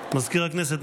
מזכיר הכנסת,